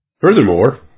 Furthermore